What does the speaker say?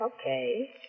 Okay